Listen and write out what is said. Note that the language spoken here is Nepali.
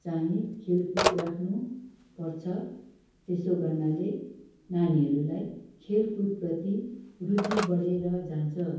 चाँहि खेलकुद राख्नुपर्छ त्यसो गर्नाले नानीहरूलाई खेलकुदप्रति रुचि बढेर जान्छ